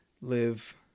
live